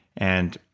and,